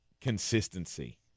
consistency